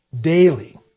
daily